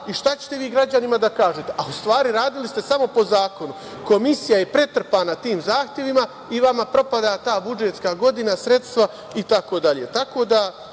Šta ćete vi građanima da kažete, a u stvari, radili ste samo po zakonu. Komisija je pretrpana tim zahtevima i vama propada ta budžetska godina, sredstva,